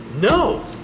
No